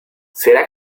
será